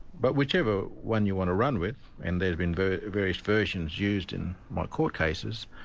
but whichever one you want to run with, and there's been various various versions used in my court cases,